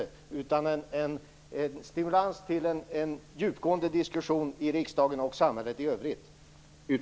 Vi måste få en stimulans till en djupgående diskussion i riksdagen och i samhället i övrigt.